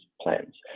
plans